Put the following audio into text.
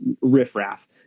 riffraff